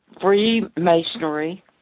Freemasonry